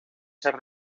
ser